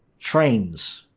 trains.